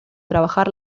trabajar